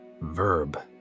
Verb